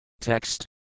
Text